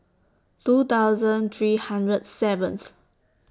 two thousand three hundred seventh